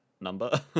number